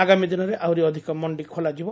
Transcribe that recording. ଆଗାମୀ ଦିନରେ ଆହୁରି ଅଧ୍କ ମ ଖୋଲାଯିବ